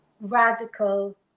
radical